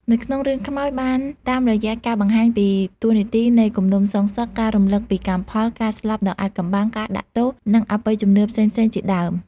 នៅក្នុងរឿងខ្មោចបានតាមរយៈការបង្ហាញពី តួនាទីនៃគំនុំសងសឹក ការរំលឹកពីកម្មផល ការស្លាប់ដ៏អាថ៌កំបាំង ការដាក់ទោស និងអបិយជំនឿផ្សេងៗជាដើម។